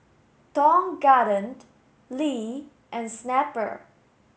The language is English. Tong Garden Lee and Snapple